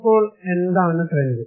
ഇപ്പോൾ എന്താണ് ട്രെൻഡ്